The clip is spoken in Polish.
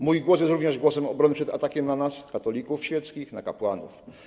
Mój głos jest również głosem obrony przed atakiem na nas, katolików świeckich, na kapłanów.